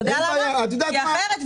כי אחרת,